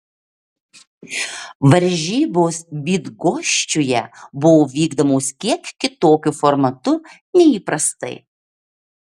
varžybos bydgoščiuje buvo vykdomos kiek kitokiu formatu nei įprastai